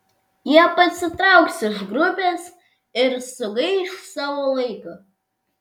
jie pasitrauks iš grupės ir sugaiš savo laiką